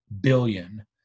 billion